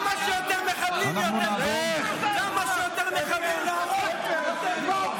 כמה שיותר מחבלים להרוג, יותר טוב.